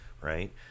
right